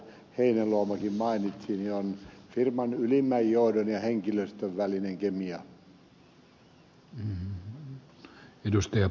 heinäluomakin mainitsi on firman ylimmän johdon ja henkilöstön välinen kemia